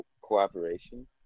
cooperation